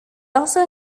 also